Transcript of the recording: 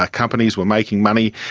ah companies were making money,